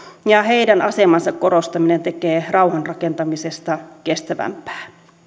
ja heidän asemansa korostaminen tekee rauhanrakentamisesta kestävämpää